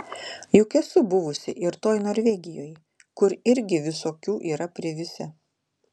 juk esu buvusi ir toj norvegijoj kur irgi visokių yra privisę